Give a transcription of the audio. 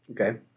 Okay